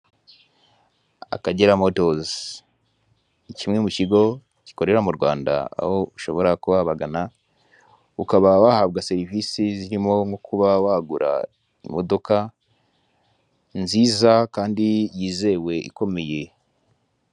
Akagera Modozi ni kimwe mu kigo ikomeye mu Rwanda, aho ushobora kuba wabagana. Ukaba wahabwa serivisi zirimo, nko kuba wagura imodoka nziza, kandi yizewe ikomeye.